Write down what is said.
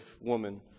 woman